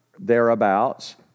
Thereabouts